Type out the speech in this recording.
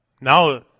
now